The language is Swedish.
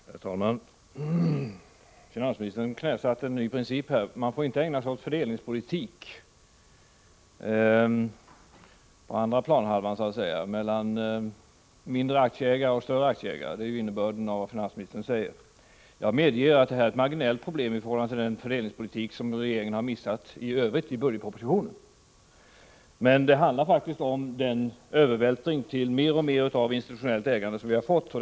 Herr talman! Finansministern knäsatte här en ny princip. Man får inte ägna sig åt fördelningspolitik på ”andra planhalvan”, mellan mindre och större aktieägare. Det är innebörden i vad finansministern säger. Jag medger att detta är ett marginellt problem i förhållande till de missar när det gäller fördelningspolitik som regeringen i övrigt har gjort i budgetpropositionen. Men det handlar om den övervältring till mer och mer av institutionellt ägande som vi faktiskt har fått.